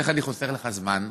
איך אני חוסך לך זמן?